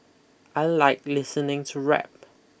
I like listening to rap